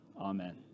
Amen